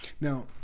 Now